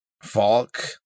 Falk